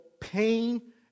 pain